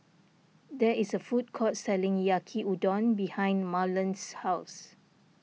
there is a food court selling Yaki Udon behind Marlon's house